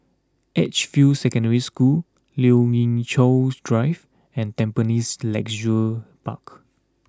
Edgefield Secondary School Lien Ying Chow's Drive and Tampines Leisure Park